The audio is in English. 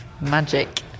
magic